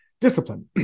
Discipline